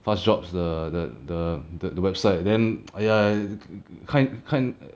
fast jobs the the the the the website then !aiya! 看看